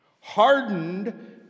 Hardened